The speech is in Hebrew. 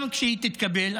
גם כשהיא תתקבל,